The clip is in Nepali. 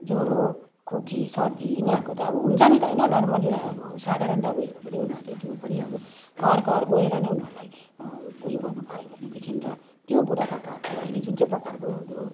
ज्वरो खोकी सर्दी यिनीहरूको त अब हुन्छ नि त होइन नर्मल अब साधारण दबाईहरू पनि उनीहरूले त्यो पनि पनि अब घर घर गएर नै उनीहरूलाई उयो गर्नु पायो भनेदेखि र त्यो बुढापाकाहरूलाई अहिले जुन चाहिँ प्रकारको त्यो